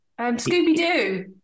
Scooby-Doo